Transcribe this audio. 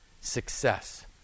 success